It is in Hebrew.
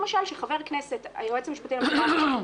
למשל שהיועץ המשפטי לממשלה,